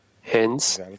Hence